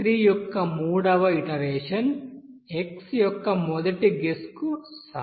x3 యొక్క మూడవ iteration x యొక్క మొదటి గెస్ కు సమానం